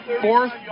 Fourth